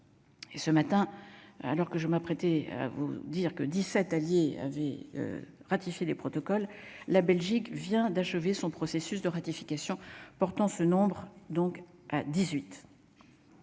ce matin, alors que je m'apprêtais à vous dire que 17 alliés avaient ratifié les protocoles, la Belgique vient d'achever son processus de ratification portant ce nombre,